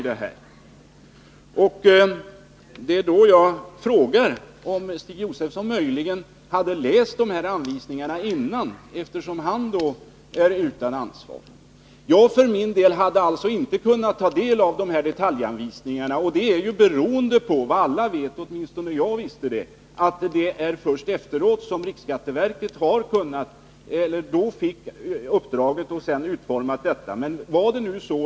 Det är då jag frågar om Stig Josefson möjligen hade läst de här anvisningarna i förväg, eftersom han är utan ansvar, Jag för min del hade alltså inte kunnat ta del av detaljanvisningarna, beroende på vad alla vet — åtminstone visste jag det — nämligen att det var först efteråt riksskatteverket utformade reglerna.